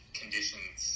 conditions